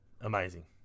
Amazing